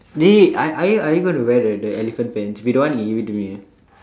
eh are are you are you going to wear the the elephant pants you don't want can give it to me eh